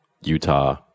Utah